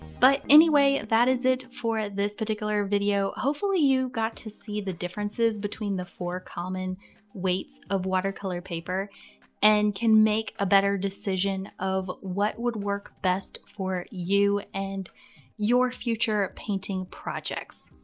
but anyway, that is it for this particular video. hopefully you got to see the differences between the four common weights of watercolor paper and can make a better decision of what would work best for you and your future painting projects.